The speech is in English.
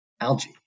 algae